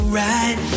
right